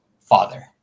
father